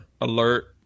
alert